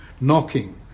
knocking